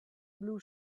blue